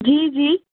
जी जी